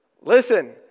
Listen